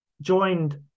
joined